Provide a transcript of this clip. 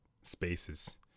spaces